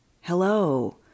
hello